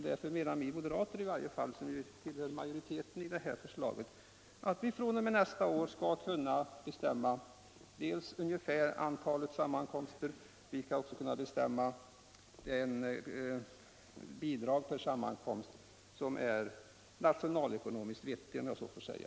Därför menar vi moderater, som ju tillhör majoriteten i detta fall, att man fr.o.m. nästa år skall kunna bestämma dels det ungefärliga antalet sammankomster, dels det bidrag per sammankomst som är nationalekonomiskt vettigt, om jag så får säga.